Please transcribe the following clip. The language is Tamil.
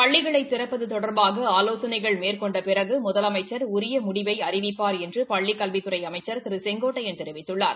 பள்ளிகளை திறப்பது தொடர்பாக ஆலோசனைகள் மேற்கொண்ட பிறகு முதலமைச்ச் உரிய முடிவினை அறிவிப்பார் என்று பள்ளிக் கல்வித்துறை அமைச்சர் திரு கே ஏ செங்கோட்டையன் தெரிவித்துள்ளார்